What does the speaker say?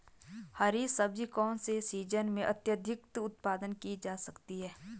हरी सब्जी कौन से सीजन में अत्यधिक उत्पादित की जा सकती है?